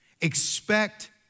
Expect